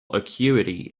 acuity